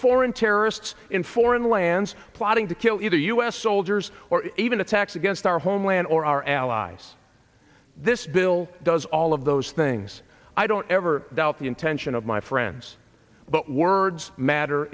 foreign terrorists in foreign lands plotting to kill either u s soldiers or even attacks against our homeland or our allies this bill does all of those things i don't ever doubt the intention of my friends but words matter